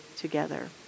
together